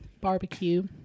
barbecue